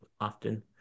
often